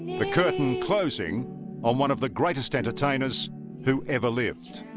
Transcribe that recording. the curtain closing on one of the greatest entertainers who ever lived